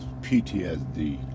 PTSD